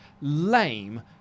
lame